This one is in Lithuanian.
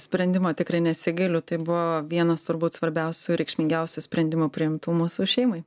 sprendimo tikrai nesigailiu tai buvo vienas turbūt svarbiausių reikšmingiausių sprendimų priimtų mūsų šeimai